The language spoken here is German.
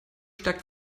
stärkt